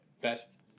best